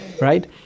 right